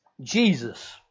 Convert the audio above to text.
Jesus